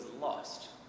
lost